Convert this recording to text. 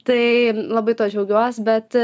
tai labai tuo džiaugiuos bet